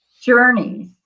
journeys